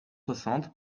soixante